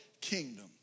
kingdom